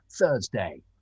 Thursday